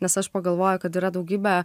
nes aš pagalvojau kad yra daugybė